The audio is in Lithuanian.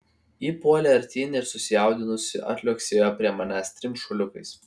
ji puolė artyn ir susijaudinusi atliuoksėjo prie manęs trim šuoliukais